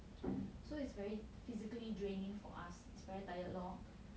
so it's very physically draining for us it's very tired lor